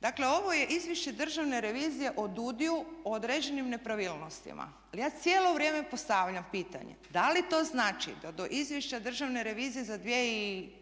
Dakle, ovo je izvješće Državne revizije o DUDI-u o određenim nepravilnostima. Ali ja cijelo vrijeme postavljam pitanje da li to znači da do izvješća Državne revizije za 2014.